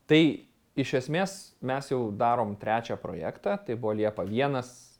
tai iš esmės mes jau darom trečią projektą tai buvo liepa vienas